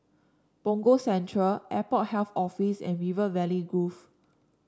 Punggol Central Airport Health Office and River Valley Grove